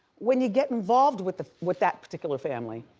when you get involved with ah with that particular family,